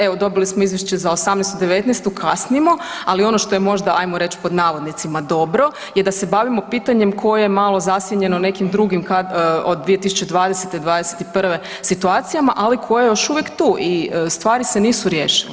Evo dobili smo izvješće za '18., '19., kasnimo, ali ono što je možda, ajmo reć pod navodnicima dobro je da se bavimo pitanjem koje je malo zasjenjeno nekim drugim od 2020.-'21. situacijama, ali koje je još uvijek tu i stvari se nisu riješile.